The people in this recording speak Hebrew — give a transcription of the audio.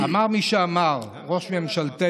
אמר מי שאמר, ראש ממשלתנו: